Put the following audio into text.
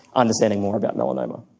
understanding more about melanoma.